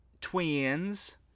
Twins